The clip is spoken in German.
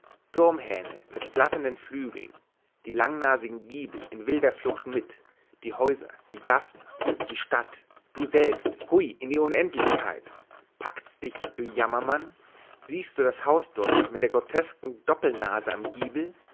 turmhähne mit flatternden flügeln die langnasigen giebel in wilder flucht mit die häuser die gassen die stadt du selbst hui in die unendlichkeit packt's dich du jammermann siehst du das haus dort mit der grotesken doppelnase am giebel